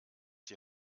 die